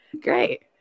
Great